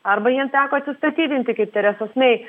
arba jiem teko atsistatydinti kaip teresos mei